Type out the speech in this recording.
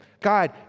God